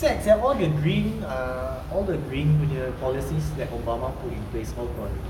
sad sia all the green ah all the green punya policies that obama put in place all gone